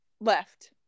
left